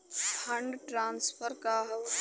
Fund transfer का हव?